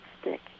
stick